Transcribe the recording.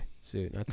suit